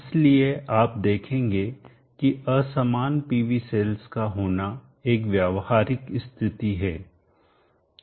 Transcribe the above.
इसलिए आप देखेंगे कि असमान PV सेल्स का होना एक व्यावहारिक स्थिति है